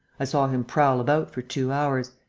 i saw him prowl about for two hours.